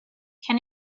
can